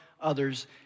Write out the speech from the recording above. others